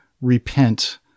repent